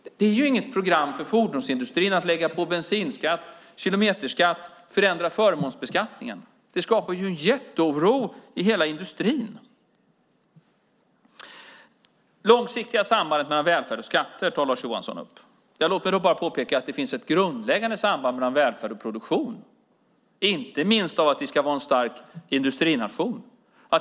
Det är inget program för fordonsindustrin att lägga på bensinskatt och kilometerskatt och förändra förmånsbeskattningen. Det skapar jätteoro i hela industrin. Lars Johansson tar upp det långsiktiga sambandet mellan välfärd och skatter. Låt mig bara påpeka att det finns ett grundläggande samband mellan välfärd och produktion, inte minst av att vi ska vara en stark industrination.